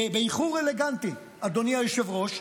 אדוני היושב-ראש,